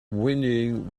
whinnying